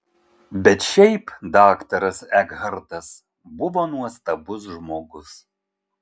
bet šiaip daktaras ekhartas buvo nuostabus žmogus